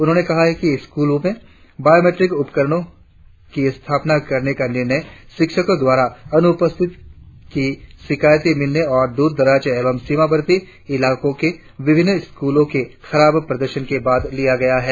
उन्होने कहा कि स्क्रलों में बाँयोमीट्रिक उपकरणों को स्थापित करने का निर्णय शिक्षको द्वारा अनुपस्थिति की कई शिकायतों मिलने और द्ररदराज एवं सीमावर्ती इलाको के विभिन्न स्कूलो के खराब प्रदर्शन के बाद लिया गया है